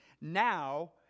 Now